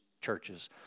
churches